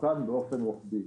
תוקן באופן רוחבי.